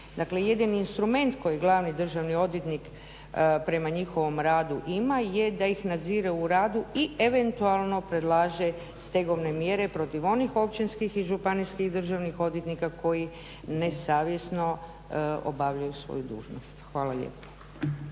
jedini instrument koji glavni državni odvjetnik prema njihovom radu ima je da ih nadzire u radu i eventualno predlaže stegovne mjere protiv onih općinskih i županijskih državnih odvjetnika koji nesavjesno obavljaju svoju dužnost. Hvala lijepa.